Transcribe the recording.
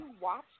watch